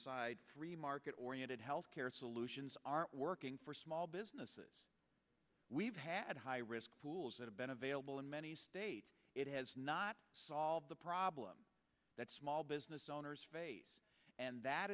side free market oriented health care solutions aren't working for small businesses we've had high risk pools that have been available in many states it has not solved the problem that small business owners face and that